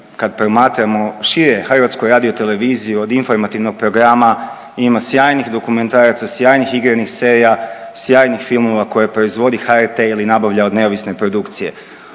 kad promatramo šire HRT od informativnog programa ima sjajnih dokumentaraca, sjajnih igranih serija, sjajnih filmova koje proizvodi HRT ili nabavlja od neovisne produkcije.